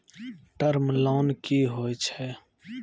Term loan कि होय छै?